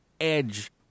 edge